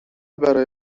برای